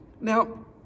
Now